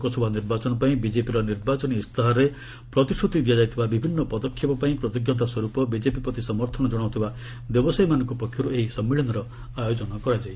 ଲୋକସଭା ନିର୍ବାଚନ ପାଇଁ ବିଜେପିର ନିର୍ବାଚନୀ ଇସ୍ତାହାରରେ ପ୍ରତିଶ୍ରତି ଦିଆଯାଇଥିବା ବିଭିନ୍ନ ପଦକ୍ଷେପ ପାଇଁ କୃତଜ୍ଞତା ସ୍ୱରୂପ ବିଜେପି ପ୍ରତି ସମର୍ଥନ ଜଣାଉଥିବା ବ୍ୟବସାୟୀମାନଙ୍କ ପକ୍ଷରୁ ଏହି ସମ୍ମିଳନୀର ଆୟୋଜନ କରାଯାଇଛି